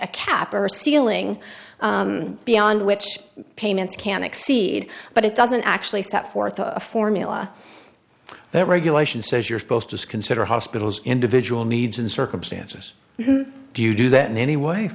a cap or a ceiling beyond which payments can exceed but it doesn't actually step forth a formula that regulation says you're supposed to consider hospitals individual needs and circumstances do you do that in any way